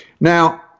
now